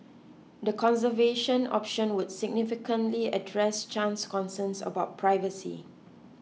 the conservation option would significantly address Chan's concerns about privacy